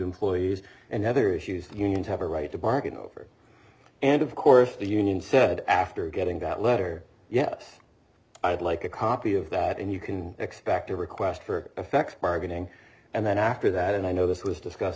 employees and other issues the unions have a right to bargain over and of course the union said after getting that letter yes i'd like a copy of that and you can expect a request for a fax bargaining and then after that and i know this was discuss